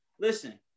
Listen